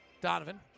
Donovan